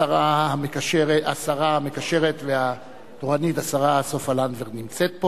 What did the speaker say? השרה המקשרת והתורנית, השרה סופה לנדבר, נמצאת פה.